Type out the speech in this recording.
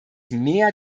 mehr